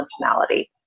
functionality